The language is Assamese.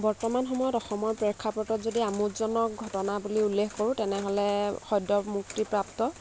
বৰ্তমান সময়ত অসমৰ প্ৰেক্ষাপটত যদি আমোদজনক ঘটনা বুলি উল্লেখ কৰোঁ তেনেহ'লে সদ্য়মুক্তিপ্ৰাপ্ত